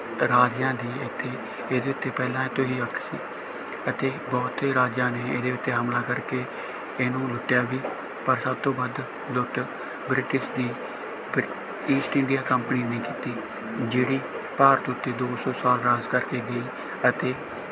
ਰਾਜਿਆਂ ਦੀ ਇੱਥੇ ਇਹਦੇ ਉੱਤੇ ਪਹਿਲਾਂ ਤੋਂ ਹੀ ਅੱਖ ਸੀ ਅਤੇ ਬਹੁਤ ਹੀ ਰਾਜਿਆਂ ਨੇ ਇਹਦੇ ਉੱਤੇ ਹਮਲਾ ਕਰਕੇ ਇਹਨੂੰ ਲੁੱਟਿਆ ਵੀ ਪਰ ਸਭ ਤੋਂ ਵੱਧ ਲੁੱਟ ਬ੍ਰਿਟਿਸ਼ ਦੀ ਬ੍ਰਿ ਈਸਟ ਇੰਡੀਆ ਕੰਪਨੀ ਨੇ ਕੀਤੀ ਜਿਹੜੀ ਭਾਰਤ ਉਤੇ ਦੋ ਸੌ ਸਾਲ ਰਾਜ ਕਰਕੇ ਗਈ ਅਤੇ